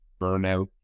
burnout